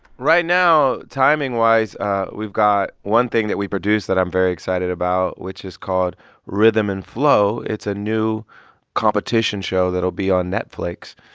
right now, timing-wise, we've got one thing that we produce that i'm very excited about, which is called rhythm plus and flow. it's a new competition show that will be on netflix,